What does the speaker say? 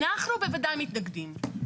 אנחנו בוודאי מתנגדים.